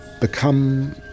become